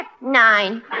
Nine